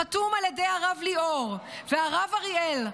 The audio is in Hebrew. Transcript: חתומה על ידי הרב ליאור והרב אריאל,